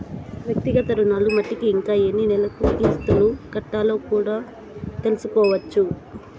వ్యక్తిగత రుణాలు మట్టికి ఇంకా ఎన్ని నెలలు కిస్తులు కట్టాలో కూడా తెల్సుకోవచ్చు